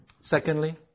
Secondly